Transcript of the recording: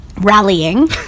Rallying